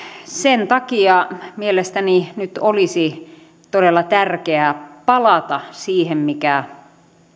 sen takia mielestäni nyt olisi todella tärkeää palata siihen mikä